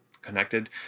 connected